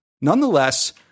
Nonetheless